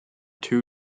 two